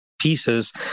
pieces